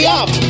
up